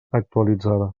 actualitzada